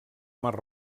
mar